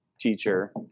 teacher